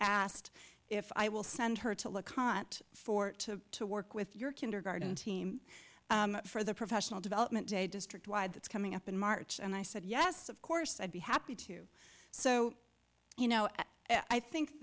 asked if i will send her to look hot for to to work with your kindergarten team for the professional development day district wide that's coming up in march and i said yes of course i'd be happy to so you know i think